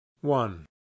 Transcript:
one